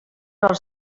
als